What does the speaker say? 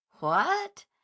What